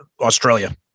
Australia